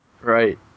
Right